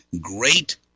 great